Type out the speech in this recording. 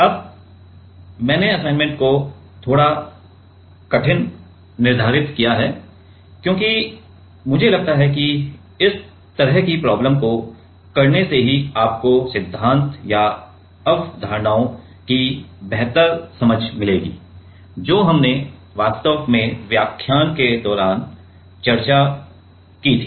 अब मैंने असाइनमेंट को थोड़ा कठिन निर्धारित किया है क्योंकि मुझे लगता है कि इस तरह की प्रोब्लेम्स को करने से ही आपको सिद्धांत या अवधारणाओं की बेहतर समझ मिलेगी जो हमने वास्तव में व्याख्यान के दौरान चर्चा की थी